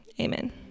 Amen